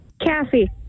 Cassie